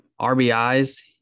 RBIs